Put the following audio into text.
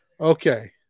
okay